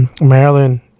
Maryland